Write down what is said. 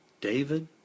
David